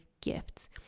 gifts